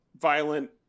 violent